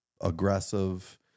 aggressive